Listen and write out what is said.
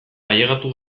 ailegatu